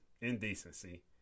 indecency